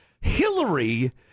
Hillary